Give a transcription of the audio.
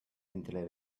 entre